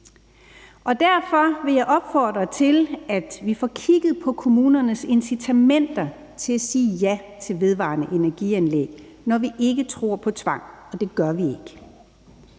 Derfor vil jeg opfordre til, at vi får kigget på kommunernes incitamenter til at sige ja til vedvarende energianlæg, når vi ikke tror på tvang, og det gør vi ikke,